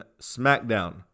SmackDown